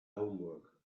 homework